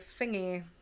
thingy